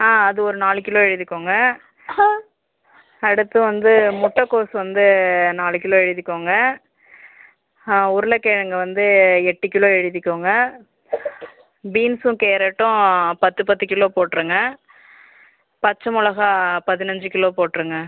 ஆ அது ஒரு நாலு கிலோ எழுதிக்கோங்க அடுத்து வந்து முட்டைகோஸ் வந்து நாலு கிலோ எழுதிக்கோங்க உருளைக்கிழங்கு வந்து எட்டு கிலோ எழுதிக்கோங்க பீன்ஸும் கேரட்டும் பத்து பத்து கிலோ போட்டுருங்க பச்சை மிளகா பதினைஞ்சு கிலோ போட்டுருங்க